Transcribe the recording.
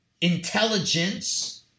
intelligence